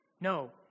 No